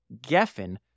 Geffen